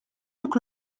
luc